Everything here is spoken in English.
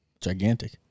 gigantic